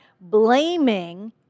blaming